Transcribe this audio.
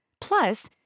Plus